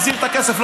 מחזיר את הכסף,